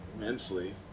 immensely